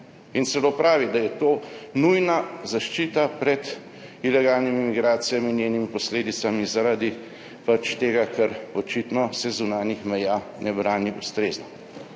in celo pravi, da je to nujna zaščita pred ilegalnimi migracijami in njenimi posledicami. Zaradi tega ker se očitno zunanjih meja ne brani ustrezno.